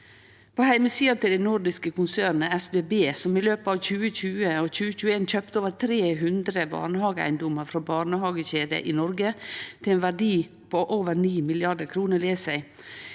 På heimesida til det nordiske konsernet SBB, som i løpet av 2020 og 2021 kjøpte over 300 barnehageeigedomar frå barnehagekjeder i Noreg til ein verdi av over 9 mrd. kr, les